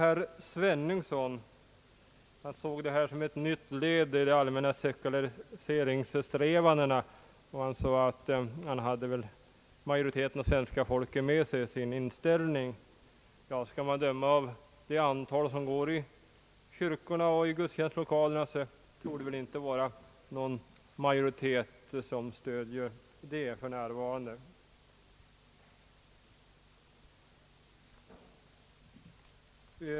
Herr Svenungsson såg frågan som ett nytt led i de allmänna sekulariseringssträvandena, och han sade att han hade majoriteten av svenska folket med sig. Skall man döma av det antal människor som går i kyrkor och andra gudstjänstlokaler, är det väl inte någon majoritet som stöder honom för närvarande.